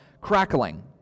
crackling